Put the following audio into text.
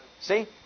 See